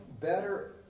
better